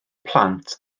plant